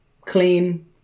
clean